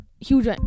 huge